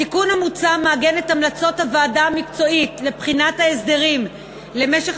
התיקון המוצע מעגן את המלצות הוועדה המקצועית לבחינת ההסדרים למשך